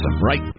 Right